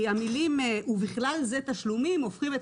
המילים "ובכלל זה תשלומים" הופכים את